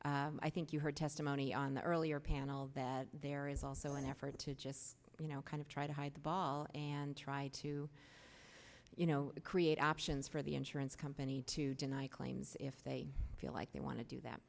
but i think you heard testimony on the earlier panel that there is also an effort to just you know kind of try to hide the ball and try to you know create options for the insurance company to deny claims if they feel like they want to do that